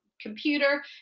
computer